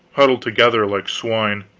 bundled together like swine.